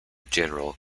general